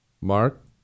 Mark